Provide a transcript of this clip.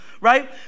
right